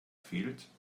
fehlt